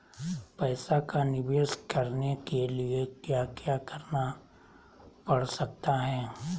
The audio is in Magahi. पैसा का निवेस करने के लिए क्या क्या करना पड़ सकता है?